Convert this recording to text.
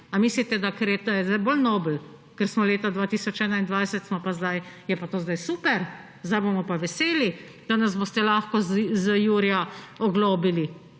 Ali mislite, da ker je bolj nobel, ker smo leta 2021, je pa to zdaj super. Zdaj bomo pa veseli, da nas boste lahko z jurja oglobili!